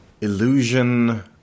illusion